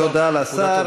תודה לשר.